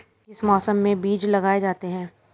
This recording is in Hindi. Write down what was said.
किस मौसम में बीज लगाए जाते हैं?